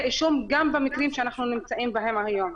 אישום גם במקרים שאנחנו נמצאים בהם היום.